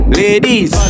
ladies